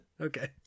Okay